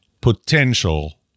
potential